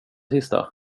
sista